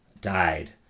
died